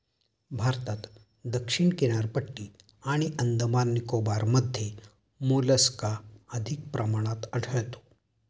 भारतात दक्षिण किनारपट्टी आणि अंदमान निकोबारमध्ये मोलस्का अधिक प्रमाणात आढळतो